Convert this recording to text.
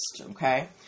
okay